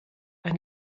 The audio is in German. ein